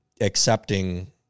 accepting